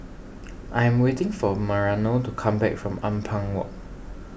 I am waiting for Mariano to come back from Ampang Walk